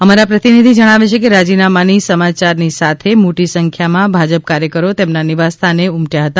અમારા પ્રતિનિધિ જણાવે છે કે રાજીનામાની સમાચારની સાથે મોટી સંખ્યામાં ભાજપ કાર્યકરો તેમના નિવાસસ્થાને ઉમટ્યા હતા